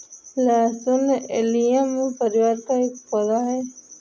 लहसुन एलियम परिवार का एक पौधा है